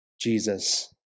Jesus